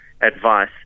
advice